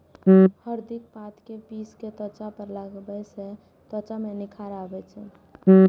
हरदिक पात कें पीस कें त्वचा पर लगाबै सं त्वचा मे निखार आबै छै